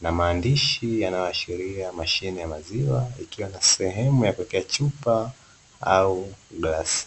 na maandishi yayoashiria mashine ya maziwa, ikiwa na sehemu ya kuwekea chupa au glasi.